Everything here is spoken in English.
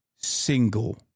single